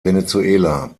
venezuela